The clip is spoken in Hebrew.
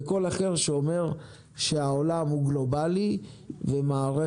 וקול אחר שאומר שהעולם הוא גלובלי ומערכת